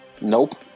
Nope